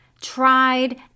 tried